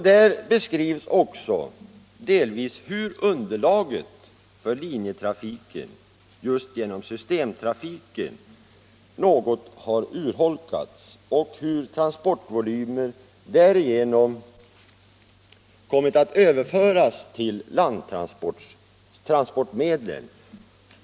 Där beskrivs också hur underlaget för linjetrafiken just genom systemtrafiken något har urholkats och hur transportvolymer därigenom har kommit att överföras till landtransportmedlen.